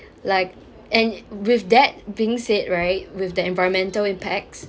like and with that being said right with the environmental impacts